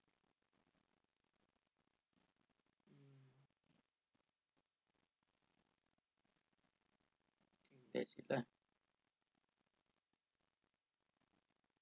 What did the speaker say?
that's it lah